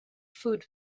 food